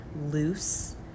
loose